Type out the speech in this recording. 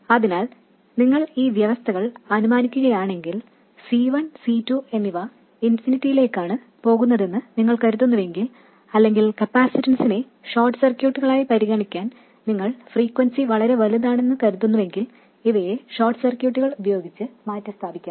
അതിനാൽ നിങ്ങൾ ഈ വ്യവസ്ഥകൾ അനുമാനിക്കുകയാണെങ്കിൽ C 1 C2 എന്നിവ ഇൻഫിനിറ്റിയിലേക്കാണ് പോകുന്നതെന്ന് നിങ്ങൾ കരുതുന്നുവെങ്കിൽ അല്ലെങ്കിൽ കപ്പാസിറ്റൻസിനെ ഷോർട്ട് സർക്യൂട്ടുകളായി പരിഗണിക്കാൻ നിങ്ങൾ ഫ്രീക്വെൻസി വളരെ വലുതാണെന്ന് കരുതുന്നുവെങ്കിൽ ഇവയെ ഷോർട്ട് സർക്യൂട്ടുകൾ ഉപയോഗിച്ച് മാറ്റിസ്ഥാപിക്കാം